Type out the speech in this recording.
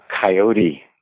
coyote